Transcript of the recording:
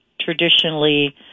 traditionally